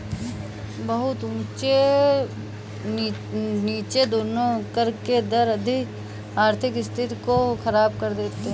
बहुत ऊँचे और बहुत नीचे दोनों कर के दर आर्थिक स्थिति को ख़राब कर सकते हैं